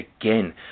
again